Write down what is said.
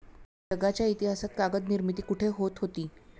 जगाच्या इतिहासात कागद निर्मिती कुठे होत होती?